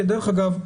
דרך אגב,